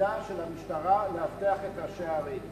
תפקידה של המשטרה לאבטח את ראשי הערים,